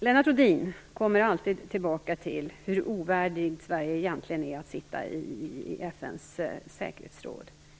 Lennart Rohdin kommer alltid tillbaka till hur ovärdigt Sverige egentligen är att sitta i FN:s säkerhetsråd.